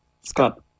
Scott